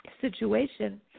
situation